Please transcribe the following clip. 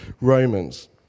Romans